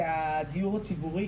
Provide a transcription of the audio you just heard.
את הדיור הציבורי,